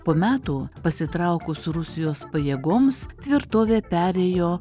po metų pasitraukus rusijos pajėgoms tvirtovė perėjo